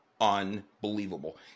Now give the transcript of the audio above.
unbelievable